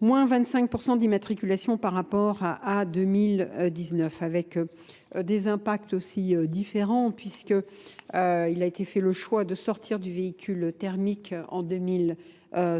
moins 25% d'immatriculation par rapport à 2019, avec des impacts aussi différents, puisqu'il a été fait le choix de sortir du véhicule thermique en 2019.